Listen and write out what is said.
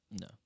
No